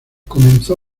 comenzó